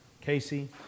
Casey